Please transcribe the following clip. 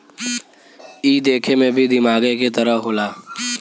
ई देखे मे भी दिमागे के तरह होला